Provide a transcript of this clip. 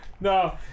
No